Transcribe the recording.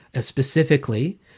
specifically